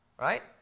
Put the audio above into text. right